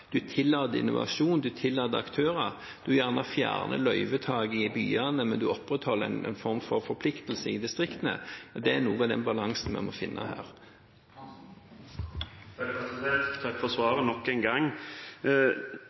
tillater innovasjon og en tillater aktører – kanskje fjerner løyver i byene, men opprettholder en form for forpliktelse i distriktene – det er noe av den balansen vi må finne her. Takk for svaret nok en gang.